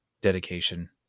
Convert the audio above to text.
dedication